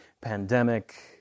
pandemic